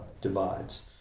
divides